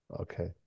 Okay